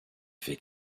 fait